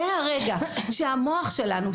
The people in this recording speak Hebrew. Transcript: זה הרגע שהמוח שלנו,